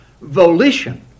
volition